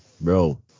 bro